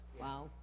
Wow